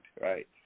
right